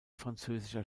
französischer